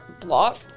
block